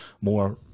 More